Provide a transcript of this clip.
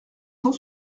cent